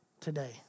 Today